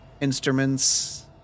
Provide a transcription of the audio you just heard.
instruments